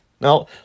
Now